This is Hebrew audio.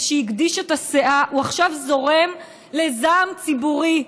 שהגדיש את הסאה הוא עכשיו זורם לזעם ציבורי.